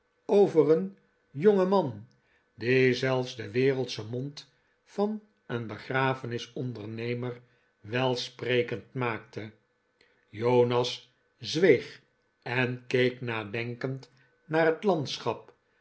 over een jongeman die zelfs den wereldschen mond van een begrafenis ondernemer welsprekend maakte jonas zweeg en keek nadenkend naar het landschap